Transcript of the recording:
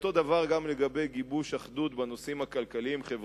אותו הדבר לגבי גיבוש אחדות בנושאים הכלכליים-חברתיים,